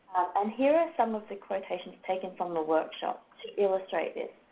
and here are some of the quotations taken from the workshop to illustrate it.